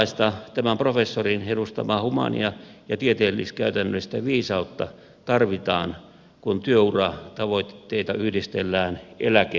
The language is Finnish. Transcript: samanlaista tämän professorin edustamaa humaania ja tieteellis käytännöllistä viisautta tarvitaan kun työuratavoitteita yhdistellään eläkepolitiikkaan